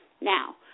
Now